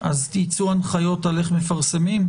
אתייחס קודם כול אל מה שנאמר כאן.